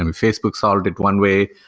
and facebook solved it one way,